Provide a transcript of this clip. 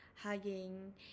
Hugging